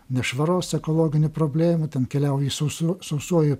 nešvaros ekologinių problemų ten keliauji susu sausuoju